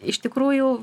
iš tikrųjų